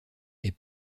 est